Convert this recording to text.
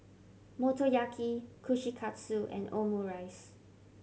Motoyaki Kushikatsu and Omurice